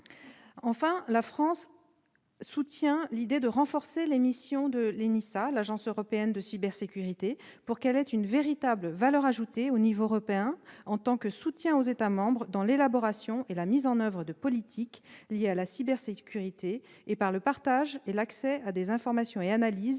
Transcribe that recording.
Enfin, la France soutient l'idée de renforcer les missions de l'ENISA. Cette dernière doit avoir une véritable valeur ajoutée au niveau européen en tant que soutien aux États membres dans l'élaboration et la mise en oeuvre de politiques liées à la cybersécurité ou par le partage et l'accès à des informations et analyses